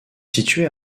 situé